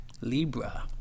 Libra